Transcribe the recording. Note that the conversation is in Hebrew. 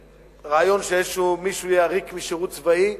רעיון שאיזה מישהו יהיה עריק משירות צבאי,